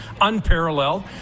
unparalleled